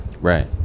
Right